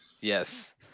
Yes